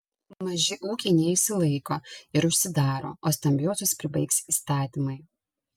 maži ūkiai neišsilaiko ir užsidaro o stambiuosius pribaigs įstatymai